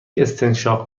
استنشاق